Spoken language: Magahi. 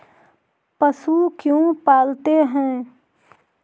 पशु क्यों पालते हैं?